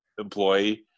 employee